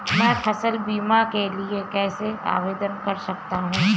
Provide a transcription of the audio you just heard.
मैं फसल बीमा के लिए कैसे आवेदन कर सकता हूँ?